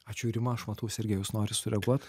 ačiū rima aš matau sergejus nori sureaguot